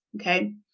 Okay